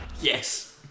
Yes